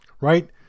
right